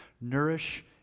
Nourish